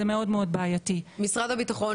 משרד הביטחון,